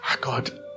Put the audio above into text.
God